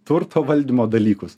turto valdymo dalykus